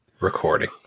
recording